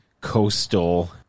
coastal